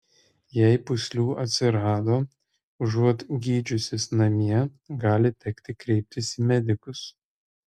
jei pūslių atsirado užuot gydžiusis namie gali tekti kreiptis į medikus